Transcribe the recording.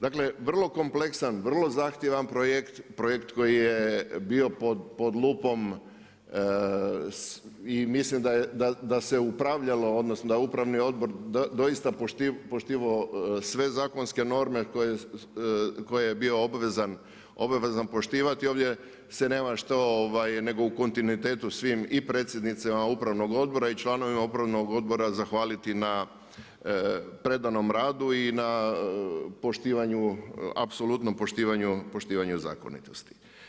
Dakle, vrlo kompleksan, vrlo zahtjevan projekt, projekt koji je bio pod lupom i mislim da se upravljano, odnosno da je upravni odbor doista poštivao sve zakonske norme koje je bio obvezan poštivati Ovdje se nema što nego u kontinuitetu svim i predsjednicima upravnog odbora i članovima upravnog odbora zahvaliti na predanom radu i na poštivanju, apsolutnom poštivanju zakonitosti.